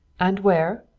and where?